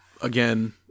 again